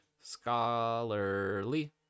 scholarly